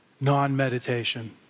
non-meditation